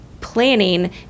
planning